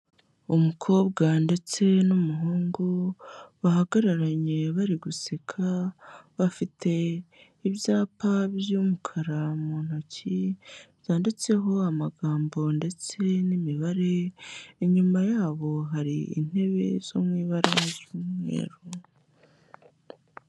Umukobwa ndetse n'umuhungu bahagararanye bari guseka, bafite ibyapa by'umukara mu ntoki byanditseho amagambo ndetse n'imibare, inyuma yabo hari intebe zo mu ibara ry'umweru.